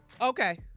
Okay